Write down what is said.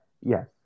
Yes